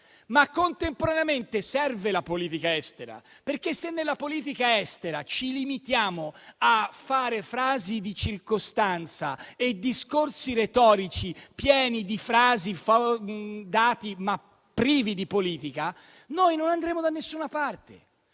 ma contemporaneamente serve la politica estera, perché, se nella politica estera ci limitiamo a frasi di circostanza e a discorsi retorici privi di politica, non andremo da nessuna parte.